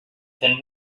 then